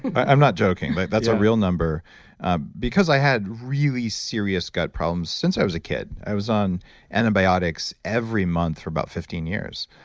i'm not joking, but that's a real number ah because i had really serious gut problems since i was a kid. i was on antibiotics every month for about fifteen years.